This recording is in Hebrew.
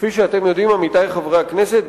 שכפי שאתם יודעים, עמיתי חברי הכנסת,